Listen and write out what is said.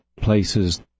places